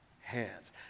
hands